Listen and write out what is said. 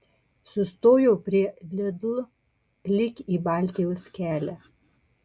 sustojo prie lidl lyg į baltijos kelią